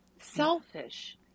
Selfish